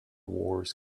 wars